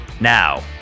Now